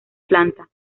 planta